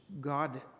God